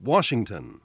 Washington